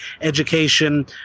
education